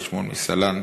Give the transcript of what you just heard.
רבי שמואל מסלנט,